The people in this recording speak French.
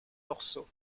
morceaux